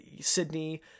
Sydney